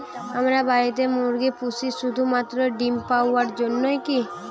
আমরা বাড়িতে মুরগি পুষি শুধু মাত্র ডিম পাওয়ার জন্যই কী?